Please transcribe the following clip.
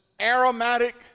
aromatic